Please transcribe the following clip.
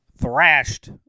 thrashed